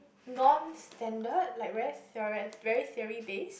non standard like very theore~ very theory based